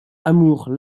amour